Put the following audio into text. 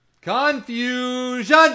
Confusion